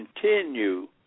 continue